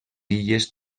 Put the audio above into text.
illes